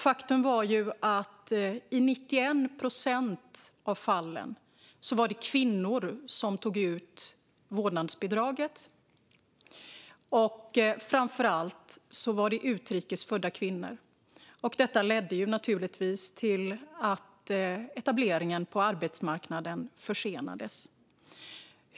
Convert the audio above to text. Faktum var att i 91 procent av fallen var det kvinnor som tog ut vårdnadsbidraget, och framför allt var det utrikes födda kvinnor. Detta ledde naturligtvis till att etableringen på arbetsmarknaden försenades.